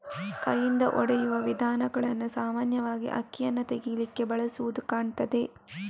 ಕೈಯಿಂದ ಹೊಡೆಯುವ ವಿಧಾನಗಳನ್ನ ಸಾಮಾನ್ಯವಾಗಿ ಅಕ್ಕಿಯನ್ನ ತೆಗೀಲಿಕ್ಕೆ ಬಳಸುದು ಕಾಣ್ತದೆ